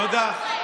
תודה.